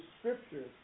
scriptures